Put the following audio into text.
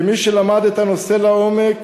כמי שלמד את הנושא לעומק